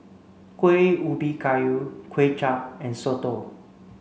Kuih Ubi Kayu Kway Chap and Soto